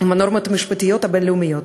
עם הנורמות המשפטיות הבין-לאומיות.